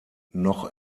noch